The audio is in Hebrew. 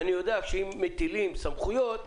אני יודע שאם מטילים סמכויות,